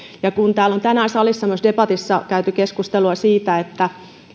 kun täällä on tänään salissa debatissa myös käyty keskustelua siitä että